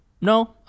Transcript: no